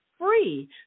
free